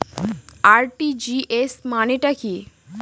RTGS মানে টা কি?